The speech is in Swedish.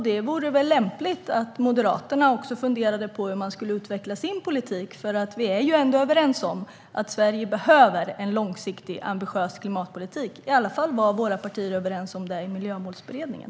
Det vore väl lämpligt att Moderaterna funderar över hur de ska utveckla sin politik. Vi är ändå överens om att Sverige behöver en långsiktig ambitiös klimatpolitik. I alla fall var våra partier överens om det i Miljömålsberedningen.